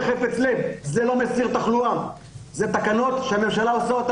בחפץ לב היינו משתפים פעולה אבל זה לא מסיר תחלואה.